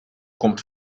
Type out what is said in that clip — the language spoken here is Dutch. komt